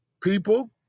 People